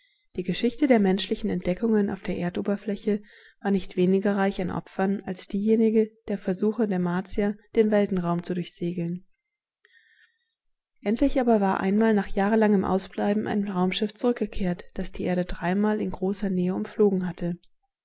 die geschichte der menschlichen entdeckungen auf der erdoberfläche war nicht weniger reich an opfern als diejenige der versuche der martier den weltenraum zu durchsegeln endlich aber war einmal nach jahrelangem ausbleiben ein raumschiff zurückgekehrt das die erde dreimal in großer nähe umflogen hatte